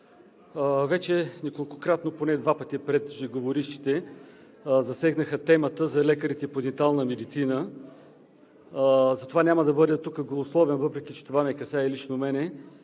Вече неколкократно – поне два пъти, преждеговорившите засегнаха темата за лекарите по дентална медицина. Затова тук няма да бъда голословен, въпреки че това не касае лично мен.